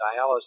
dialysis